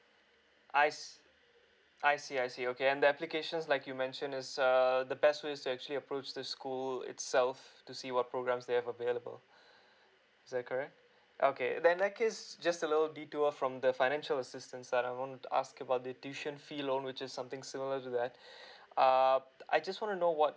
I see I see I see okay and the applications like you mentioned is uh the best was to actually approach the school itself to see what programs they have available is that correct okay then in that case just a little detour from the financial assistance that I wanted to ask about the tuition fee loan which is something similar to that err I just want to know what